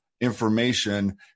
information